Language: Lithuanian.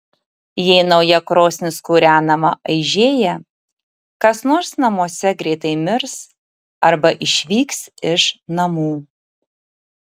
jei nauja krosnis kūrenama aižėja kas nors namuose greitai mirs arba išvyks iš namų